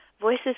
voices